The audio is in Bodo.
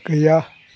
गैया